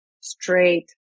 straight